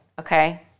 okay